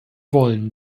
wollen